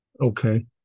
Okay